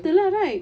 itu lah right